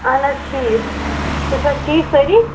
اَہن حظ ٹھیٖک تُہۍ چھُوا ٹھیٖک سٲری